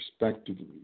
respectively